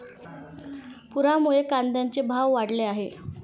पुरामुळे कांद्याचे भाव वाढले आहेत